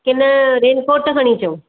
कि न रेनकोट खणी अचूं